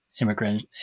immigrant